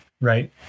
right